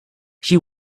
she